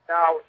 Now